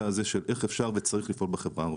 הזה של איך אפשר וצריך לפעול בחברה הערבית.